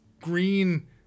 green